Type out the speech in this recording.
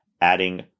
adding